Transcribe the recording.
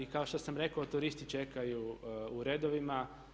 I kao što sam rekao turisti čekaju u redovima.